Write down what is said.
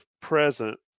present